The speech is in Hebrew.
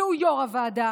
שהוא יו"ר הוועדה,